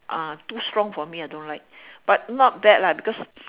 ah too strong for me I don't like but not bad lah because